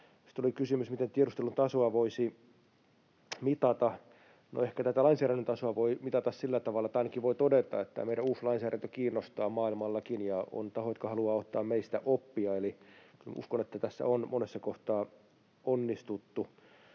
Sitten tuli kysymys, miten tiedustelun tasoa voisi mitata. Ehkä tätä lainsäädännön tasoa voi mitata sillä tavalla — tai ainakin voi todeta — että meidän uusi lainsäädäntö kiinnostaa maailmallakin ja on tahoja, jotka haluavat ottaa meistä oppia. Eli kyllä uskon, että tässä on monessa kohtaa onnistuttu.